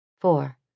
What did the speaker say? Four